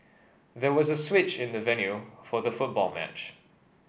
there was a switch in the venue for the football match